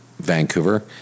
Vancouver